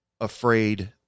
Afraid